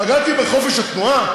פגעתי בחופש התנועה?